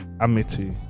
Amity